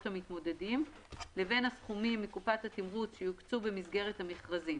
המתמודדים לבין הסכומים מקופת התמרוץ שיוקצו במסגרת המכרזים,